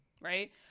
right